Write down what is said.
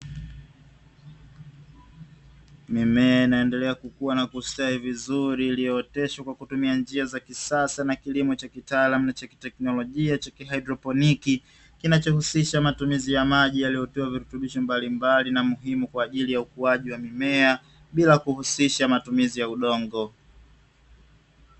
Mimea inaendelea kukua na kustawi vizuri, iliyooteshwa kwa kutumia njia za kisasa na kilimo cha kitaalamu na cha kiteknolojia cha kihaidroponi, kinachohusisha matumizi ya maji yaliyotiwa virutubisho mbalimbali na muhimu kwa ajili ya ukuaji wa mimea, bila kuhusisha matumizi ya udongo.